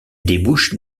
débouche